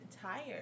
tired